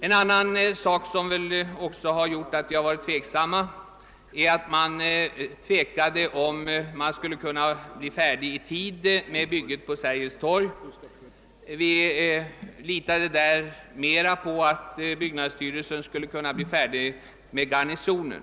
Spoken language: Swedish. Ett annat skäl till att vi varit tveksamma är att man inte kunde vara säker på att bygget vid Sergels torg skulle bli färdigt i tid; vi litade mer på att byggnadsstyrelsen skulle kunna bli färdig med Garnisonen.